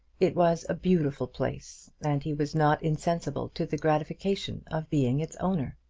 it was a beautiful place, and he was not insensible to the gratification of being its owner.